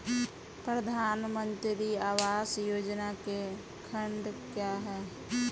प्रधानमंत्री आवास योजना के खंड क्या हैं?